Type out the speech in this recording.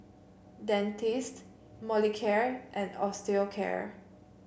Dentiste Molicare and Osteocare